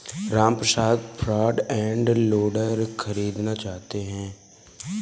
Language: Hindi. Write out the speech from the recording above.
रामप्रसाद फ्रंट एंड लोडर खरीदना चाहता है